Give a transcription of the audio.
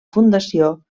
fundació